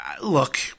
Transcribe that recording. Look